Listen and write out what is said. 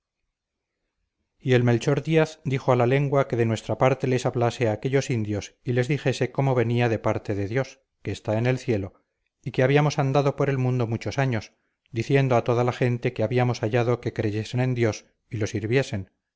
y el melchor díaz dijo a la lengua que de nuestra parte les hablase a aquellos indios y les dijese como venía de parte de dios que está en el cielo y que habíamos andado por el mundo muchos años diciendo a toda la gente que habíamos hallado que creyesen en dios y lo